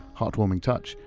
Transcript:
heartwarming touch,